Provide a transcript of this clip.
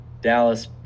Dallas